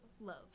love